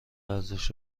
ارزش